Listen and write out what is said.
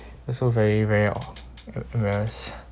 that's so very very oh em~ embarrass